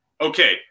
okay